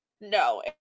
no